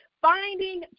Finding